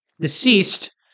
Deceased